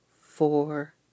four